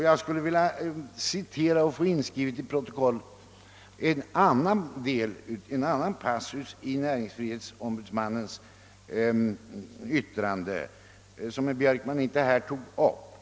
Jag skulle vilja citera och i protokollet få inskriven en passus i näringsfrihetsombudsmannens yttrande, som herr Björkman inte tog upp.